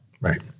Right